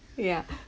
yeah